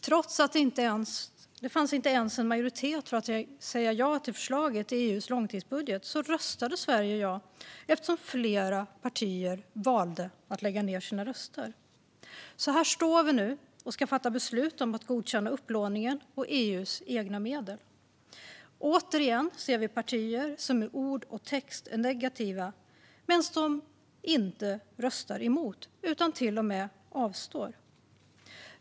Trots att det inte fanns en majoritet för att säga ja till förslaget i EU:s långtidsbudget röstade Sverige ja eftersom flera partier valde att lägga ned sina röster. Här står vi alltså nu och ska fatta beslut om att godkänna upplåningen och EU:s egna medel. Återigen ser vi partier som i ord och text är negativa men som ändå inte röstar emot utan avstår.